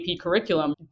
curriculum